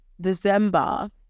December